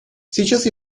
сейчас